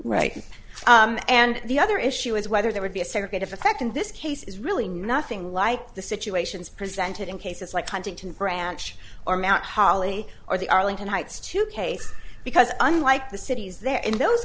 right and the other issue is whether there would be a segregated effect in this case is really nothing like the situations presented in cases like huntington branch or mount holly or the arlington heights two case because unlike the cities there in those